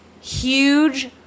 huge